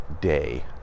day